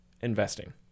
investing